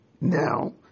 Now